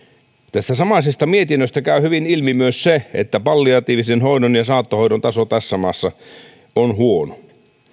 tästä samaisesta mietinnöstä käy hyvin ilmi myös se että palliatiivisen hoidon ja saattohoidon taso tässä maassa on huono